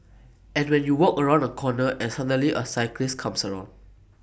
and when you walk around A corner and suddenly A cyclist comes around